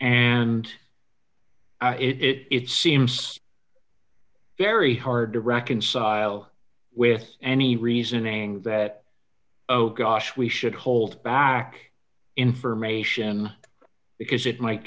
and it seems very hard to reconcile with any reasoning that oh gosh we should hold back information because it might